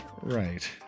Right